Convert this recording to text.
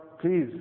please